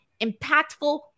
impactful